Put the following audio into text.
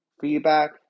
feedback